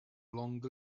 long